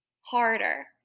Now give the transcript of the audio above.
harder